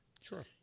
Sure